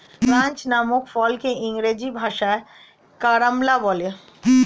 ক্রাঞ্চ নামক ফলকে ইংরেজি ভাষায় কারাম্বলা বলে